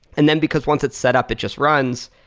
and then because once it's set up, it just runs.